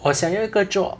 我想要一个 job